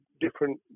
different